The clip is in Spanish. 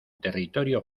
territorio